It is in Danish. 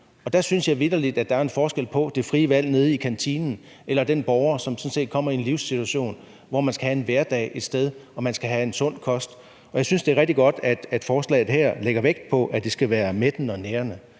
Der synes jeg vitterlig, at der er en forskel på at have det frie valg nede i kantinen og at være den borger, der sådan set kommer i den livssituation at skulle have en hverdag et nyt sted og skal have en sund kost. Jeg synes, det er rigtig godt, at forslaget her lægger vægt på, at det skal være en mættende og nærende